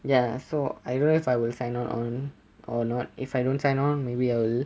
ya so I realise I will sign on or not if I don't sign on maybe I'll